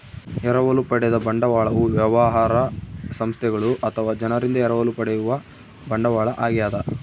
ಎರವಲು ಪಡೆದ ಬಂಡವಾಳವು ವ್ಯವಹಾರ ಸಂಸ್ಥೆಗಳು ಅಥವಾ ಜನರಿಂದ ಎರವಲು ಪಡೆಯುವ ಬಂಡವಾಳ ಆಗ್ಯದ